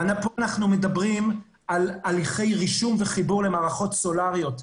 אנחנו מדברים על הליכי רישום וחיבור למערכות סולריות.